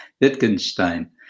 Wittgenstein